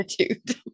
attitude